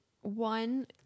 one